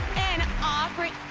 an opry